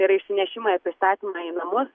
ir išsinešimą ir pristatymą į namus